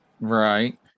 Right